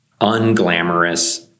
unglamorous